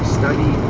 study